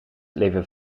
leven